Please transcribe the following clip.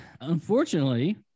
unfortunately